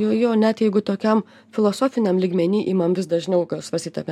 jo jo net jeigu tokiam filosofiniam lygmeny imam vis dažniau gal svarstyt apie